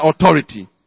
authority